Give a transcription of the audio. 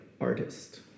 artist